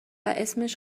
اسمش